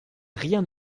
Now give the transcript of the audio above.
rien